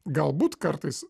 galbūt kartais